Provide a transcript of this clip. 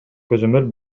көзөмөл